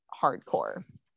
hardcore